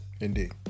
Indeed